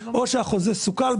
או שהחוזה סוכל,